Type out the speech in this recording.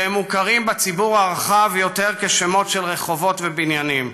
והם מוכרים בציבור הרחב בעיקר כשמות של רחובות ובניינים.